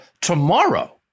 tomorrow